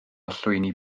llwyni